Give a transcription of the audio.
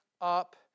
up